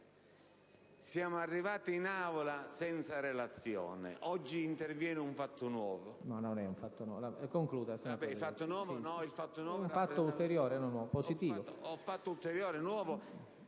siamo arrivati in Aula senza relatore, oggi interviene un fatto nuovo.